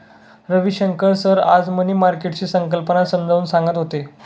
Ravishankar sir आज money मार्केटची संकल्पना समजावून सांगत होते